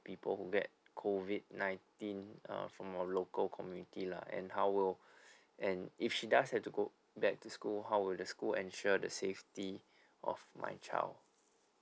people who get COVID nineteen uh from our local community lah and how will and if she does had to go back to school how will the school ensure the safety of my child